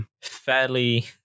fairly